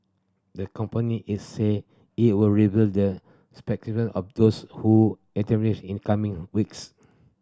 the company is say it would reveal the specific of those who in coming weeks